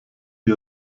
die